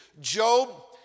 Job